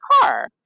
car